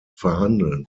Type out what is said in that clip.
verhandeln